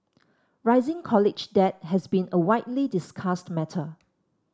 rising college debt has been a widely discussed matter